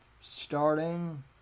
starting